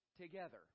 together